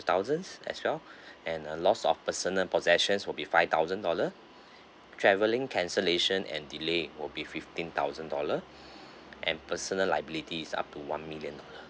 thousands as well and a loss of personal possessions will be five thousand dollar travelling cancellation and delay will be fifteen thousand dollar and personal liabilities up to one million dollar